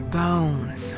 bones